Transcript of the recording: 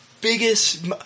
biggest